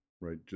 right